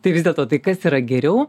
tai vis dėlto tai kas yra geriau